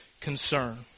concern